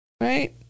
right